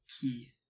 key